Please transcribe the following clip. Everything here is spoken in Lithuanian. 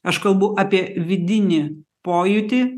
aš kalbu apie vidinį pojūtį